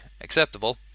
acceptable